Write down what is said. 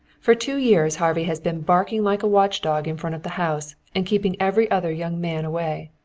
for two years harvey has been barking like a watchdog in front of the house and keeping every other young man away.